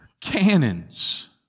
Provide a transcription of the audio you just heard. cannons